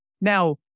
Now